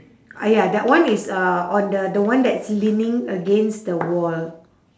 ah ya that one is uh on the the one that's leaning against the wall